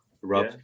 Rob